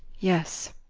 yes.